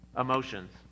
emotions